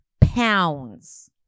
pounds